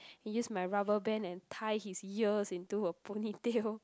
use my rubber band and tie his ears into a ponytail